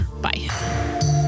Bye